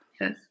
Yes